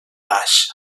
baix